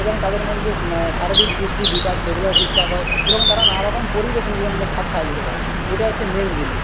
এবং তাদের মধ্যে যে শারীরিক বৃদ্ধি বিকাশ সেগুলোও ঠিকঠাক হয় এবং তারা নানারকম পরিবেশে নিজেদের মধ্যে খাপ খাইয়ে নিতে পারে এটা হচ্ছে মেন জিনিস